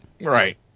right